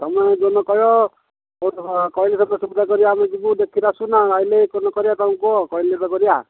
ତୁମେ ଯୋଉଦିନ କହିବ କହିଲି ସେବେ ସୁବିଧା କରିବା ଆମେ ଯିବୁ ଦେଖିକି ଆସିବୁ ଆସିଲେ କ'ଣ କରିବା ଆମକୁ କୁହ କହିଲେତ କରିବା